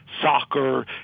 soccer